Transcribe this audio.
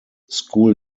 school